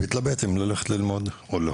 והתלבט אם ללכת ללמוד או לא.